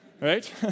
Right